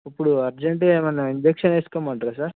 ఇప్పుడు అర్జెంటుగా ఏమన్నా ఇంజక్షన్ వేసుకోమంటారా సార్